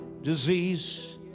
disease